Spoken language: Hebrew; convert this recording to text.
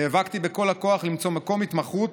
נאבקתי בכל הכוח למצוא מקום התמחות